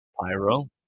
Pyro